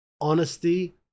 honesty